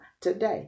today